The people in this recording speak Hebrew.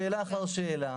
שאלה אחר שאלה.